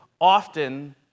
often